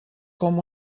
com